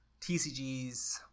tcgs